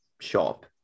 shop